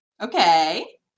Okay